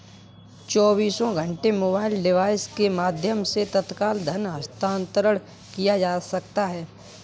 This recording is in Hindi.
चौबीसों घंटे मोबाइल डिवाइस के माध्यम से तत्काल धन हस्तांतरण किया जा सकता है